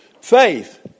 faith